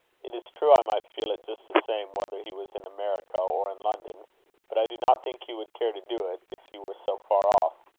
it is true i might feel it just the same whether he was in america or in london but i do not think he would care to do it, if he were so far off.